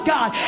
God